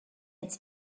its